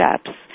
steps